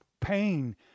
pain